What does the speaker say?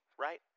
right